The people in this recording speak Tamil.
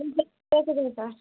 கேக்குதுங்க சார்